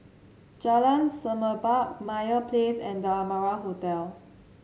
Jalan Semerbak Meyer Place and The Amara Hotel